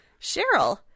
Cheryl